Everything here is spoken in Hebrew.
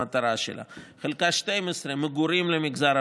המחלה הזו על כל צורותיה,